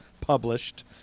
published